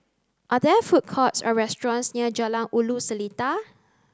are there food courts or restaurants near Jalan Ulu Seletar